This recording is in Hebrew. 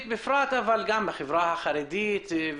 בדגש על החברה הערבית והחרדית.